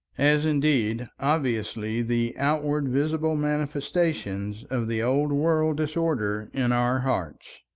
as indeed obviously the outward visible manifestations of the old world disorder in our hearts.